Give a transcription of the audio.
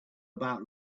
about